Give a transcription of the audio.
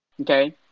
Okay